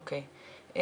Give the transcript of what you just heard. או-קיי.